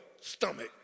stomach